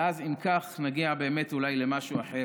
ואז, אם כך, נגיע אולי למשהו אחר.